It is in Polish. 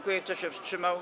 Kto się wstrzymał?